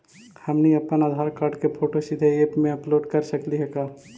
हमनी अप्पन आधार कार्ड के फोटो सीधे ऐप में अपलोड कर सकली हे का?